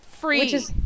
free